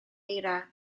eira